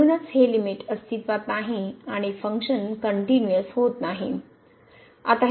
म्हणूनच हे लिमिट अस्तित्वात नाही आणि फंक्शन कनट्युनिअस होत नाही